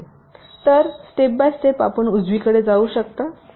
तर चरण चरण आपण उजवीकडे जाऊ शकता